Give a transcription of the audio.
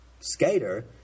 skater